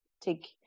take